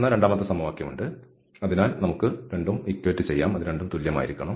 ഇത് രണ്ടാമത്തെ സമവാക്യത്തിൽ നിന്ന്ഉള്ള ∂f∂y യ്ക്ക് തുല്യമായിരിക്കണം